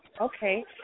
Okay